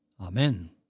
Amen